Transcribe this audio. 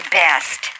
best